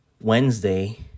Wednesday